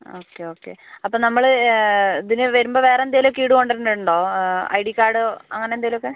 okay okay അപ്പോൾ നമ്മള് ഇതിന് വരുമ്പോൾ വേറെ എന്തേലും ഒക്കെ ഈട് കൊണ്ടുവരേണ്ടത് ഉണ്ടോ ഐ ഡി കാർഡോ അങ്ങനെ എന്തേലുമൊക്കെ